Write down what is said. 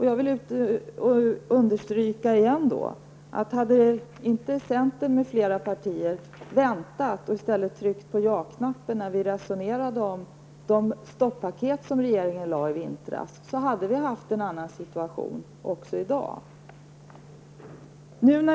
Jag vill åter understryka att om inte centern m.fl. partier hade väntat utan i stället tryckt på jaknappen när vi röstade om de stoppaket som regeringen lade fram förslag om i vintras, hade vi haft en annan situation i dag.